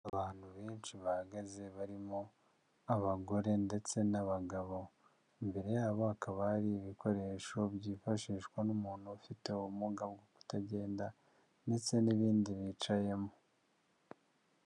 Abantu benshi bahagaze barimo abagore ndetse n'abagabo, imbere yabo hakaba hari ibikoresho byifashishwa n'umuntu ufite ubumuga bwo kutagenda ndetse n'ibindi bicayemo.